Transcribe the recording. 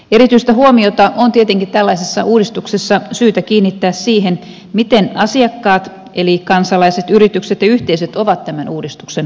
erityistä huomiota on tietenkin tällaisessa uudistuksessa syytä kiinnittää siihen miten asiakkaat eli kansalaiset yritykset ja yhteisöt ovat tämän uudistuksen kokeneet